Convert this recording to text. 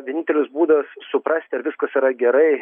vienintelis būdas suprasti ar viskas yra gerai